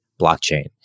blockchain